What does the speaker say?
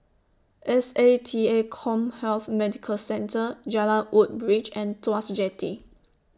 S A T A Commhealth Medical Centre Jalan Woodbridge and Tuas Jetty